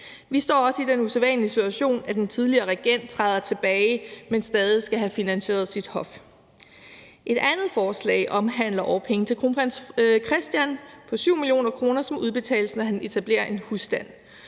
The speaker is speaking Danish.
Vi står også i den usædvanlige situation, at en tidligere regent træder tilbage, men stadig skal have finansieret sit hof. Et andet forslag omhandler årpenge til kronprins Christian på 7 mio. kr., som udbetales, når han etablerer en husstand.